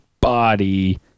body